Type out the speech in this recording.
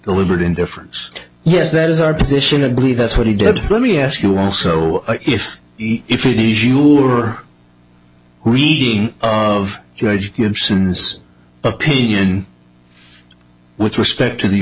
deliberate indifference yes that is our position of believe that's what he did let me ask you also if if it is you were reading of judge gibson's opinion with respect to the